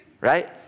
right